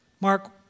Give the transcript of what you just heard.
Mark